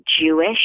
Jewish